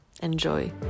Enjoy